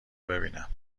ببینم